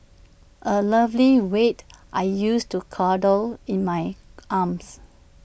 A lovely weight I used to cradle in my arms